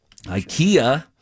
Ikea